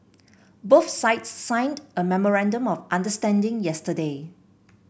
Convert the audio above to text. both sides signed a memorandum of understanding yesterday